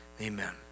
Amen